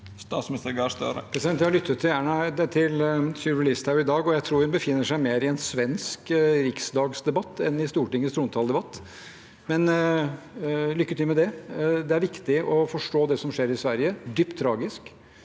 Statsminister Jonas Gahr Støre Jeg har lyttet til Sylvi Listhaug i dag, og jeg tror hun befinner seg mer i en svensk riksdagsdebatt enn i Stortingets trontaledebatt, men lykke til med det. Det er viktig å forstå det som skjer i Sverige. Det er dypt tragisk.